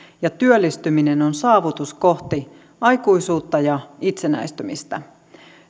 ja että työllistyminen on saavutus kohti aikuisuutta ja itsenäistymistä